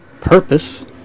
purpose